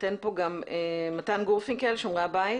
מתן גורפינקל, שומרי הבית,